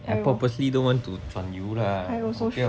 I purposely don't want to 转油 lah